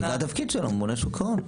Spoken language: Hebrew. אבל זה התפקיד של הממונה על שוק ההון.